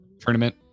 tournament